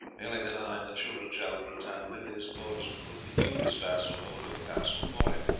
merely that i and the children shall for a time live at his court as a proof that you, his vassal, hold your castle for him.